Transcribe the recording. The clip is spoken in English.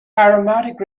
aromatic